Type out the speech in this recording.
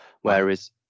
whereas